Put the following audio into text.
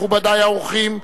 מכובדי האורחים,